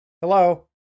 Hello